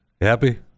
Happy